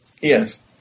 Yes